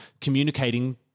communicating